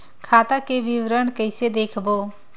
खाता के विवरण कइसे देखबो?